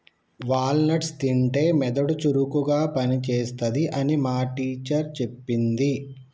wall nuts తింటే మెదడు చురుకుగా పని చేస్తది అని మా టీచర్ చెప్పింది